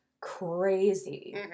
crazy